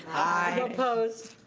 aye. opposed?